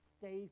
stay